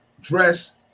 dress